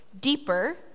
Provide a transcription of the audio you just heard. deeper